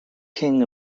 king